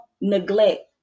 neglect